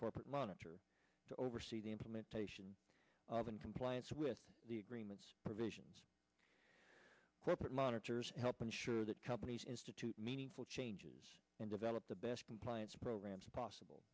corporate manager to oversee the implementation of in compliance with the agreements provisions corporate monitors help ensure that companies institute meaningful changes and develop the best compliance programs possible